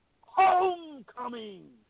homecoming